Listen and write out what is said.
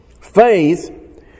Faith